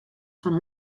fan